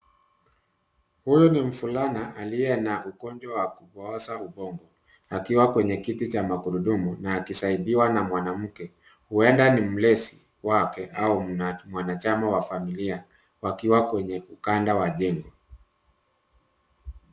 Huyu ni mvulana aliye na ugonjwa wa kupooza ubongo akiwa kwenye kiti cha magurudumu na akisaidiwa na mwanamke huenda ni mlezi wake au mwanachama wa familia wakiwa kwenye ukanda wa jengo.